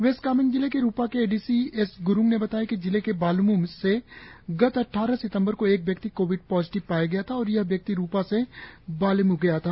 waste Kameng जिले के रुपा के A D C S Grung ने बताया कि जिले के बालेम् से गत अट्ठारह सितंबर को एक व्यक्ति कोविड पॉजिटिव पाया गया था और यह व्यक्ति रुपा से बालेम् गया था